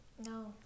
No